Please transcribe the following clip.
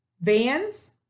vans